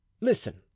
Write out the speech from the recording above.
Listen